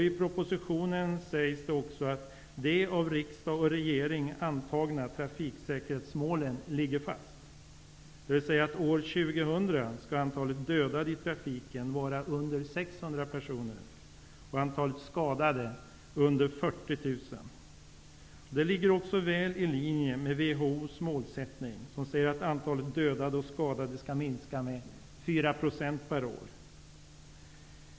I propositionen sägs också att de av riksdag och regering antagna trafiksäkerhetsmålen ligger fast, dvs. att antalet dödade i trafiken skall år 2000 vara under 600 och antalet skadade under 40 000. Det ligger väl i linje med WHO:s målsättning att antalet dödade och skadade skall minska med 4 % per år.